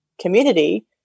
community